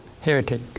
heretic